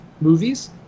movies